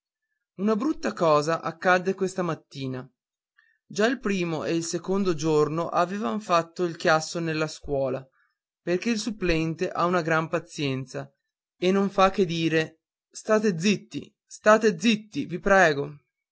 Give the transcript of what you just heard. una brutta cosa accadde questa mattina già il primo e il secondo giorno avevan fatto chiasso nella scuola perché il supplente ha una gran pazienza e non fa che dire state zitti state zitti vi prego